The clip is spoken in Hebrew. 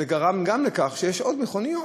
זה גרם גם לכך שיש עוד מכוניות,